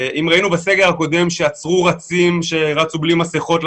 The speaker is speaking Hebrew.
אם ראינו בסגר הקודם שעצרו רצים שרצו בלי מסכות,